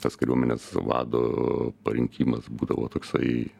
tas kariuomenės vado parinkimas būdavo toksai